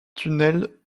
tunnel